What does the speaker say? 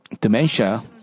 dementia